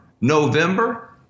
November